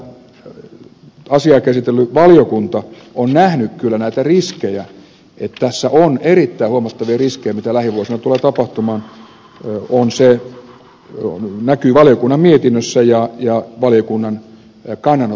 osoitus siitä että asiaa käsitellyt valiokunta on nähnyt kyllä näitä riskejä että tässä on erittäin huomattavia riskejä mitä lähivuosina tulee tapahtumaan näkyy valiokunnan mietinnössä ja valiokunnan kannanotoissa